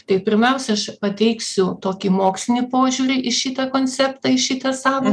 tai pirmiausia aš pateiksiu tokį mokslinį požiūrį į šitą koncepta į šitą savoką